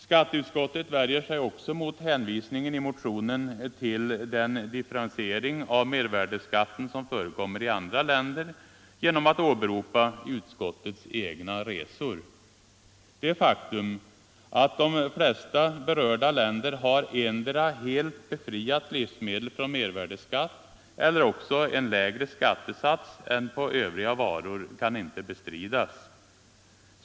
Skatteutskottet värjer sig också mot hänvisningen i motionen till den differentiering av mervärdeskatten som förekommer i andra länder genom att åberopa utskottets egna resor. Det faktum att de flesta berörda länder har endera helt befriat livsmedel från mervärdeskatt eller också på livsmedel har en lägre skattesats än på övriga varor kan inte bestridas.